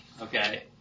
okay